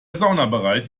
saunabereich